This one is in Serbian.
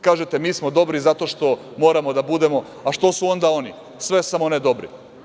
Kažete – mi smo dobri zato što moramo da budemo, a što su onda oni sve samo ne dobri?